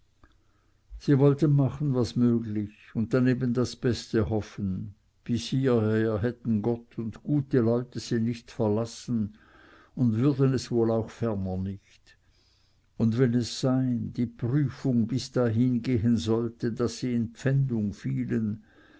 sie wollten machen was möglich und daneben das beste hoffen bis hieher hätten gott und gute leute sie nicht verlassen und würden es wohl auch ferner nicht und wenn es sein die prüfung bis dahin gehen sollte daß sie in pfändung fielen